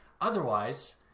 Otherwise